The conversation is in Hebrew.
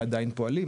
ועדיין פועלים,